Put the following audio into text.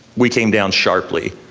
we came down sharply,